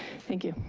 thank you.